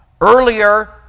Earlier